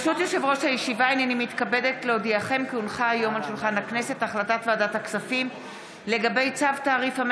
אני מכריז שהצעת החוק אושרה,